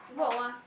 not